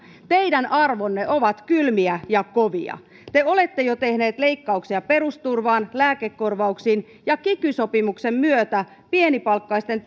teidän arvonne ovat kylmiä ja kovia te olette jo tehneet leikkauksia perusturvaan lääkekorvauksiin ja kiky sopimuksen myötä pienipalkkaisten